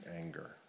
anger